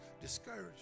discouraged